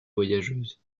voyageuse